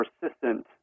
persistent